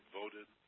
voted